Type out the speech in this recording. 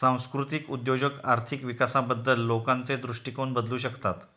सांस्कृतिक उद्योजक आर्थिक विकासाबद्दल लोकांचे दृष्टिकोन बदलू शकतात